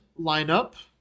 lineup